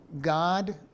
God